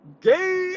gay